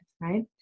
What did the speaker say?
right